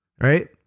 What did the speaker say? right